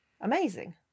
amazing